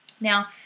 now